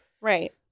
Right